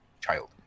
child